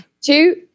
Two